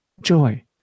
joy